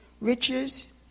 riches